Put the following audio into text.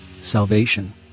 salvation